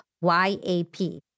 Y-A-P